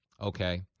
Okay